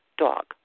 dog